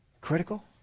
critical